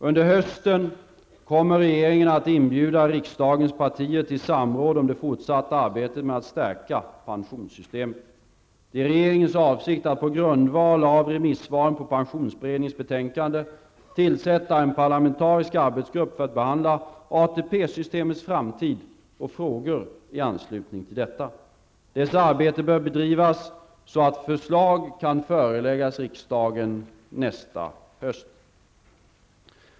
Under hösten kommer regeringen att inbjuda riksdagens partier till samråd om det fortsatta arbetet med att stärka pensionssystemet. Det är regeringens avsikt att på grundval av remissvaren på pensionsberedningens betänkande tillsätta en parlamentarisk arbetsgrupp för att behandla ATP systemets framtid och frågor i anslutning till detta. Dess arbete bör bedrivas så, att förslag kan föreläggas riksdagen nästa höst.